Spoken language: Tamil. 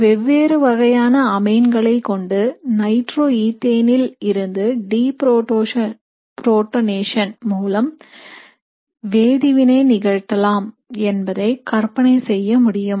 வெவ்வேறு வகையான அமைன்களை கொண்டு நைட்ரோஈத்தேனில் இருந்து டீபுரோட்டனேஷன் மூலம் வேதிவினை நிகழ்த்தலாம் என்பதை கற்பனை செய்ய முடியும்